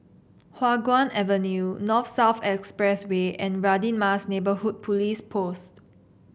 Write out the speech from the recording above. Hua Guan Avenue North South Expressway and Radin Mas Neighbourhood Police Post